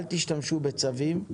אל תשתמשו בצווים,